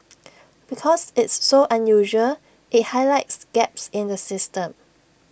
because it's so unusual IT highlights gaps in the system